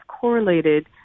correlated